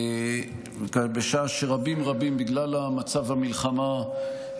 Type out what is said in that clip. בשעה שרבים רבים, בגלל המצב המלחמה,